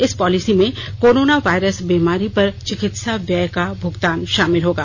इस पॉलिसी में coronavirus बीमारी पर चिकित्सा व्यय का भुगतान शामिल होगा